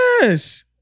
Yes